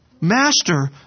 master